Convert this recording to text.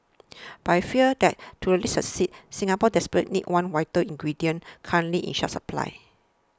but I fear that to really succeed Singapore desperately needs one vital ingredient currently in short supply